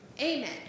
amen